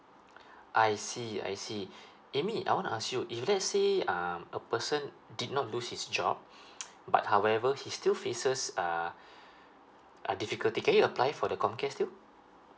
I see I see amy I wanna ask you if let's say um a person did not lost his job but however he still faces err a difficulty can he apply for the comcare still